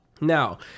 Now